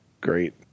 Great